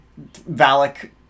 Valak